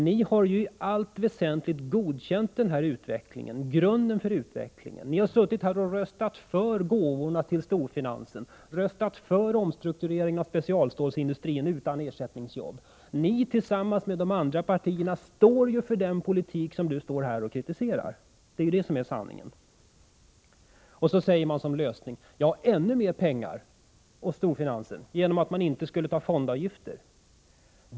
Ni har ju i allt väsentligt godkänt grunden för utvecklingen. Ni har suttit här och röstat för gåvorna till storfinansen, röstat för omstruktureringen av specialstålsindustrin utan ersättningsjobb. Ni tillsammans med de andra partierna står ju för den politik som Bengt Wittbom står här och kritiserar. Det är det som är sanningen. Och så vill man ge ännu mer pengar till storfinansen genom att inte ta fondavgifter.